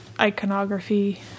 iconography